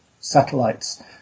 satellites